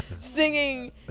Singing